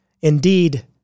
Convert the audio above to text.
Indeed